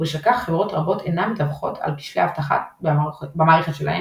ובשל כך חברות רבות אינן מדווחות על כשלי אבטחה במערכת שלהן,